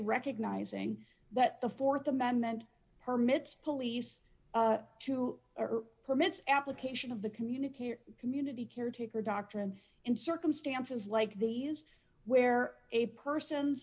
recognizing that the th amendment permits police to permits application of the communicator community caretaker doctrine in circumstances like these where a person's